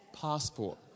Passport